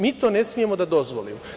Mi to ne smemo da dozvolimo.